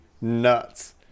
nuts